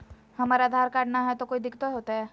हमरा आधार कार्ड न हय, तो कोइ दिकतो हो तय?